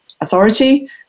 authority